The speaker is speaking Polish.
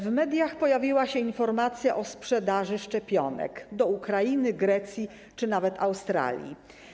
W mediach pojawiła się informacja o sprzedaży szczepionek na Ukrainę, do Grecji czy nawet do Australii.